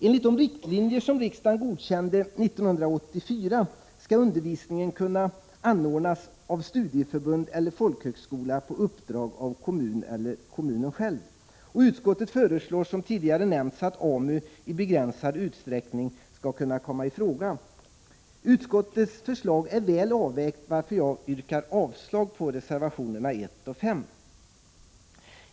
Enligt de riktlinjer som riksdagen godkände 1984 skall undervisningen kunna anordnas av studieförbund eller folkhögskola på uppdrag av kommun eller av kommunen själv. Utskottet föreslår, som tidigare nämnts, att AMU i begränsad utsträckning skall kunna komma i fråga. Utskottets förslag är väl avvägt, varför jag yrkar avslag på reservationerna 1 och 5.